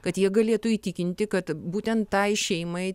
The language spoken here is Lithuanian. kad jie galėtų įtikinti kad būtent tai šeimai